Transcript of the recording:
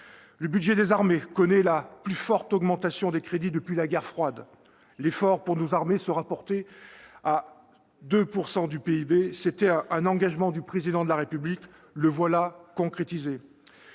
Le budget des armées connaît la plus forte augmentation de crédits depuis la guerre froide : l'effort pour nos armées sera porté à 2 % du PIB. C'était un engagement du Président de la République ; il est